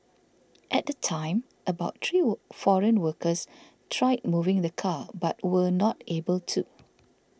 at the time about three foreign workers tried moving the car but were not able to